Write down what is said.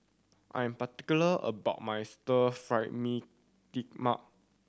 I am particular about my Stir Fry mee mak